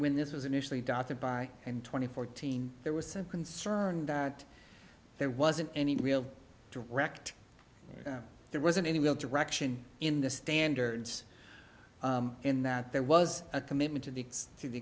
when this was initially dotted by and twenty fourteen there was some concern that there wasn't any real direct there wasn't any real direction in the standards in that there was a commitment to the to the